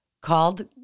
called